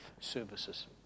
services